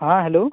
हाँ हेलो